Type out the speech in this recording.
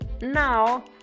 now